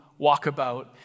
walkabout